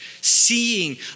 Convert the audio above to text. seeing